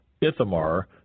Ithamar